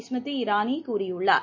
Smriti இரானிகூறியுள்ளார்